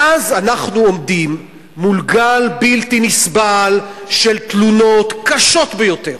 ואז אנחנו עומדים מול גל בלתי נסבל של תלונות קשות ביותר,